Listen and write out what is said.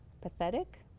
pathetic